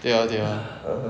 对 lor 对 lor